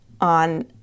on